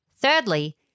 Thirdly